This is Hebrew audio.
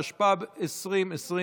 התשפ"ב 2022,